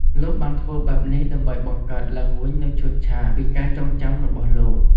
លោកបានធ្វើបែបនេះដើម្បីបង្កើតឡើងវិញនូវឈុតឆាកពីការចងចាំរបស់លោក។